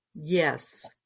yes